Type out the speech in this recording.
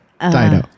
Dino